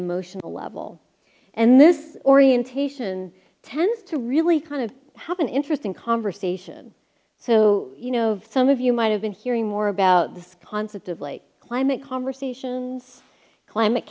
emotional level and this orientation tends to really kind of have an interesting conversation so you know of some of you might have been hearing more about this concept of like climate conversations climate